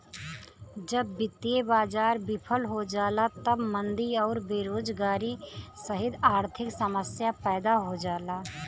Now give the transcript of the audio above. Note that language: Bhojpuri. जब वित्तीय बाजार विफल हो जाला तब मंदी आउर बेरोजगारी सहित आर्थिक समस्या पैदा हो जाला